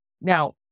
Now